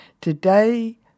Today